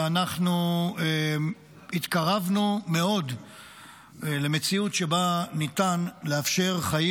ואנחנו התקרבנו מאוד למציאות שבה ניתן לאפשר חיים